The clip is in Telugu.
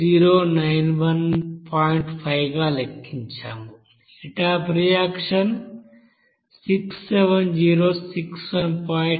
5 గా లెక్కించాము హీట్ అఫ్ రియాక్షన్ 67061